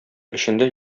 эчендә